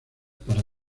para